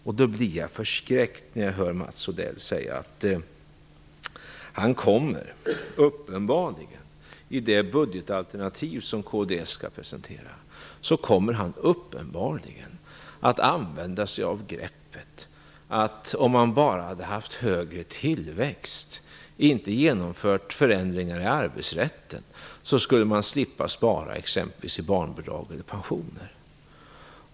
Därför blir jag förskräckt när jag hör Mats Odell säga att han i det budgetalternativ som kds skall presentera uppenbarligen kommer att använda sig av greppet att om man bara hade haft högre tillväxt och inte genomfört förändringar i arbetsrätten, så skulle man slippa spara i exempelvis barnbidrag eller pensioner.